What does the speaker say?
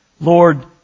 Lord